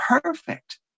Perfect